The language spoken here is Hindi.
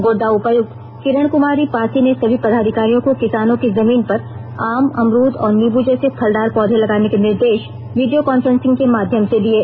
गोड्डा उपायुक्त किरण कुमारी पासी ने सभी पदाधिकारियों को किसानों की जमीन पर आम अमरूद और नींबू जैसे फलदार पौधे लगाने के निर्देश वीडियो कॉन्फ्रेंसिंग के माध्यम से दिये